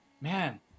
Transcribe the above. Man